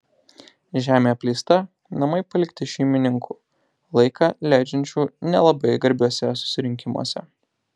žemė apleista namai palikti šeimininkų laiką leidžiančių nelabai garbiuose susirinkimuose